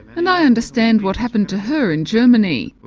and i understand what happened to her in germany.